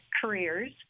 careers